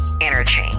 energy